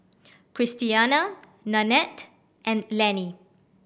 Christiana Nannette and Lannie